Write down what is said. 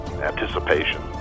anticipation